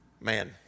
man